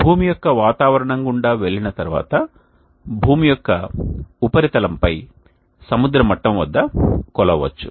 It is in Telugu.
భూమి యొక్క వాతావరణం గుండా వెళ్ళిన తర్వాత భూమి యొక్క ఉపరితలంపై సముద్ర మట్టం వద్ద కొలవవచ్చు